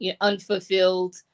unfulfilled